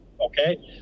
Okay